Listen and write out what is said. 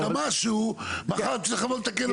שכחת משהו, מחר תצטרך לבוא לתקן אותו.